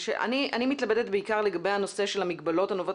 אני מתלבטת בעיקר לגבי הנושא של המגבלות הנובעות